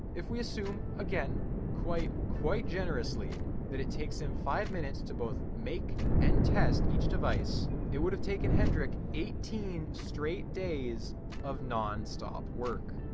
if we assume again quite quite generously that it takes him five minutes to both make and test each device it would have taken hendrik eighteen straight days of non-stop work.